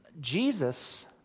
Jesus